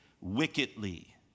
wickedly